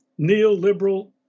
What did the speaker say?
neoliberal